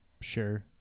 Sure